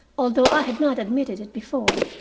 although i had not admitted it before.